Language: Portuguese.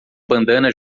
bandana